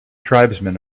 tribesmen